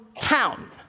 town